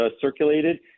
circulated